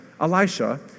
Elisha